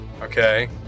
Okay